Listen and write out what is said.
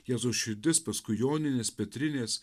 jėzaus širdis paskui joninės petrinės